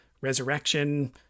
resurrection